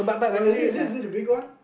but is it is it is it the big one